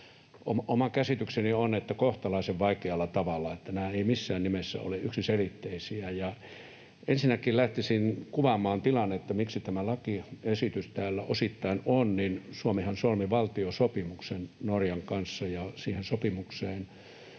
oma käsitykseni on, että kohtalaisen vaikealla tavalla, eli nämä eivät missään nimessä ole yksiselitteisiä. Ensinnäkin lähtisin kuvaamaan tilannetta, miksi tämä lakiesitys täällä — osittain — on: Suomihan solmi valtiosopimuksen Norjan kanssa, ja siihen sopimukseen